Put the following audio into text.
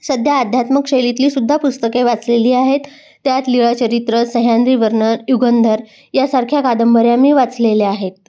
सध्या आध्यात्मक शैलीतीलसुद्धा पुस्तके वाचलेली आहेत त्यात लिळाचरित्र सह्याद्री वर्णन युगंधर यासारख्या कादंबऱ्या मी वाचलेल्या आहेत